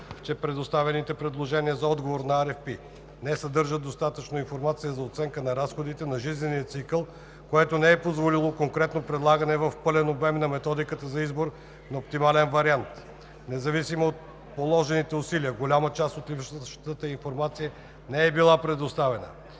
че предоставените предложения в отговор на RFP не съдържат достатъчно информация за оценка на разходите за жизнения цикъл, което не е позволило коректното прилагане в пълен обем на Методиката за избор на оптимален вариант; независимо от положените усилия голяма част от липсващата информация не е била предоставена;